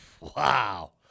Wow